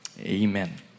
Amen